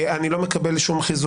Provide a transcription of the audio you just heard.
אני לא מקבל שום חיזוקים.